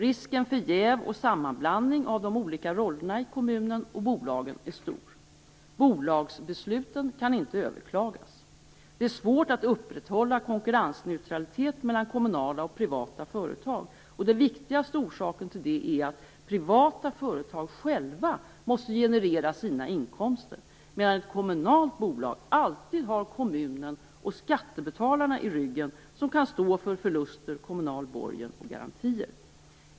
Risken för jäv och sammanblandning av de olika rollerna i kommunen och bolagen är stor. Bolagsbesluten kan inte överklagas. Det är svårt att upprätthålla konkurrensneutralitet mellan kommunala och privata företag. Den viktigaste orsaken till det är att privata företag själva måste generera sina inkomster, medan ett kommunalt bolag alltid har kommunen och skattebetalarna i ryggen som kan stå för förluster, kommunal borgen och garantier.